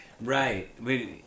Right